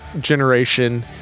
generation